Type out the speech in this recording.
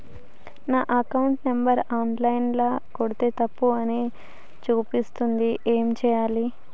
నా account number online ల కొడ్తే తప్పు అని చూపిస్తాంది ఏం చేయాలి?